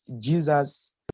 Jesus